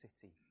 city